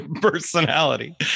personality